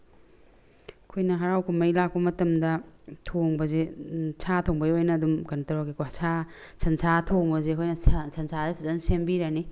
ꯑꯩꯈꯣꯏꯅ ꯍꯔꯥꯎ ꯀꯨꯝꯍꯩ ꯂꯥꯛꯄ ꯃꯇꯝꯗ ꯊꯣꯡꯕꯁꯦ ꯁꯥ ꯊꯣꯡꯕꯒꯤ ꯑꯣꯏꯅ ꯑꯗꯨꯝ ꯀꯩꯅꯣ ꯇꯧꯔꯒꯀꯣ ꯁꯥ ꯁꯟꯁꯥ ꯊꯣꯡꯕꯁꯦ ꯑꯩꯈꯣꯏꯅ ꯁꯟꯁꯥꯁꯦ ꯐꯖꯅ ꯁꯦꯝꯕꯤꯔꯅꯤ